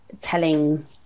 telling